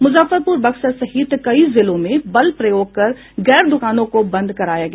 मुजफ्फरपुर बक्सर सहित कई जिलों में बल प्रयोग कर गैर दुकानों को बंद कराया गया